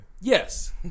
yes